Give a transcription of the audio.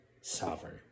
sovereign